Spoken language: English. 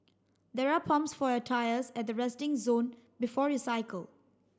there are pumps for your tyres at the resting zone before you cycle